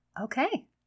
Okay